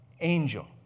angel